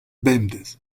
bemdez